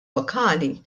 lokali